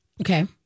Okay